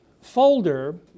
folder